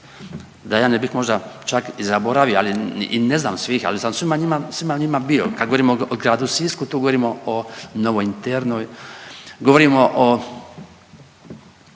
da ja ne bih možda čak i zaboravio, ali i ne znam svih, ali sam u svima njima, svima njima bio. Kad govorimo o gradu Sisku tu govorimo o Novoj internoj, govorimo o